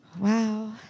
Wow